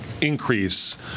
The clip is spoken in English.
Increase